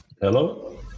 Hello